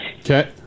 okay